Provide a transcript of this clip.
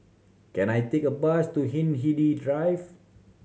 can I take a bus to Hindhede Drive